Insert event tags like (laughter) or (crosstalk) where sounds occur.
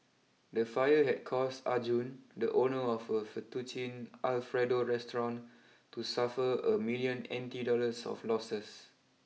the fire had caused Arjun the owner of a Fettuccine Alfredo restaurant (noise) to suffer a million N T dollars of losses